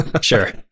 Sure